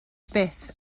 byth